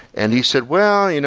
and he said, well, you know